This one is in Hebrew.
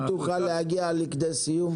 אם תוכל להגיע לכדי סיום,